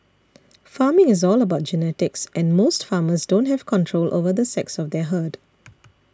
farming is all about genetics and most farmers don't have control over the sex of their herd